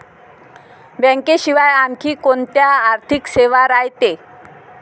बँकेशिवाय आनखी कोंत्या आर्थिक सेवा रायते?